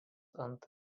ant